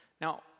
Now